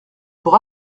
pour